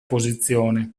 posizione